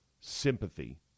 sympathy